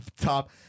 top